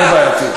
יותר בעייתי.